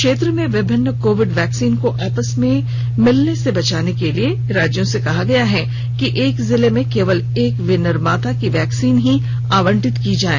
क्षेत्र में विभिन्न कोविड वैक्सीन को आपस में मिलने से बचाने के लिए राज्यों से कहा गया है कि एक जिले में केवल एक विनिर्माता की वैक्सीन ही आवंटित की जाए